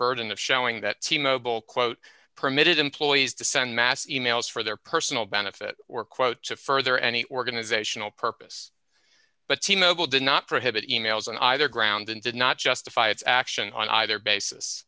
burden of showing that t mobile quote permitted employees to send mass e mails for their personal benefit or quote to further any organizational purpose but t mobile did not prohibit e mails on either ground and did not justify its action on either basis